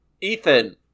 Ethan